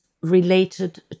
related